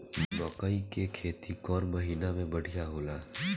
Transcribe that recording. मकई के खेती कौन महीना में बढ़िया होला?